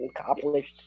accomplished